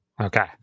Okay